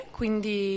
quindi